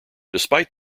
despite